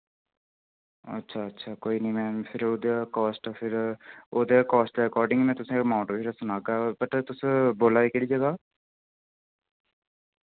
अच्छा अच्छा कोई नि मैम फिर उ'दे कास्ट फिर उ'दे कास्ट दे अकार्डिंग मैं तुसें अमाउंट बी सनागा बट तुस बोल्ला दे केह्ड़ी जगह